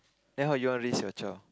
then how you want to reach your chore